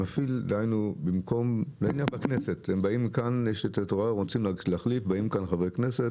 אני מביא כדוגמה את חברי הכנסת.